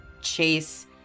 chase